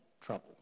trouble